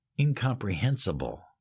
incomprehensible